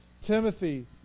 Timothy